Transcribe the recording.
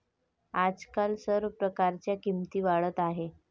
आजकाल सर्व प्रकारच्या किमती वाढत आहेत